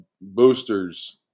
boosters